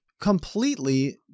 completely